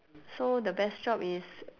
so the best job is